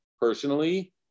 personally